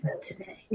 today